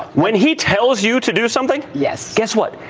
when he tells you to do something. yes. guess what.